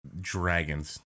dragons